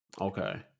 Okay